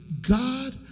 God